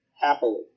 happily